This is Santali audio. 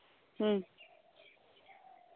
ᱦᱩᱸ